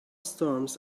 storms